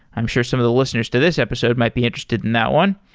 i'm sure some of the listeners to this episode might be interested in that one,